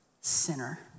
sinner